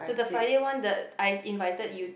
the the Friday one the I invited you to